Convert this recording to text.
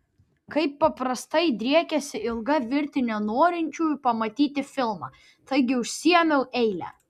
kaip paprastai driekėsi ilga virtinė norinčiųjų pamatyti filmą taigi užsiėmiau eilę